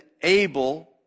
able